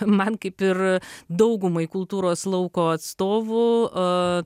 man kaip ir daugumai kultūros lauko atstovų a